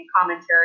commentary